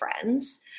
friends